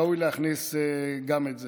ראוי להכניס גם את זה.